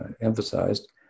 emphasized